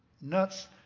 nuts